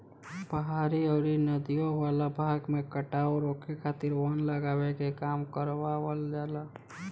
पहाड़ी अउरी नदियों वाला भाग में कटाव रोके खातिर वन लगावे के काम करवावल जाला